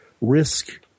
Risk –